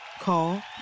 Call